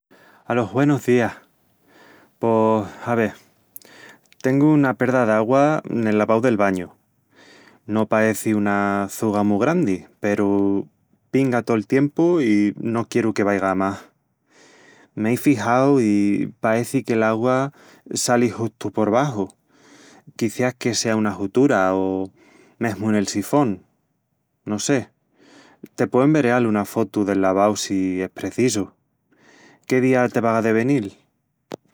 Alos güenus días! Pos ave... Tengu una perda d'augua nel lavau del bañu. No paeci una çuga mu grandi, peru pinga tol tiempu i no quieru que vaiga a más. M'ei fixau i paeci que l'augua sali justu porbaxu, quiciás que sea una jutura o mesmu nel sifón... no sé... Te pueu envereal un afotu del lavau si es precisu. Qué día te vaga de venil?